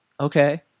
Okay